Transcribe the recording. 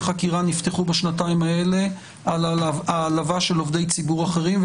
נפתחו בשנתיים האלה על העלבה של עובדי ציבור אחרים.